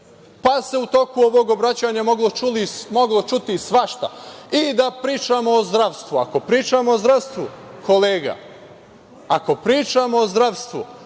toku ovog obraćanja se moglo čuti svašta i da pričamo o zdravstvu. Ako pričamo o zdravstvu, kolega, ako pričamo o zdravstvu,